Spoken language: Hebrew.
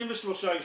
יהיו ב-73 ישובים.